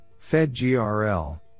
FedGRL